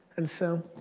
and so,